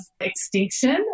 extinction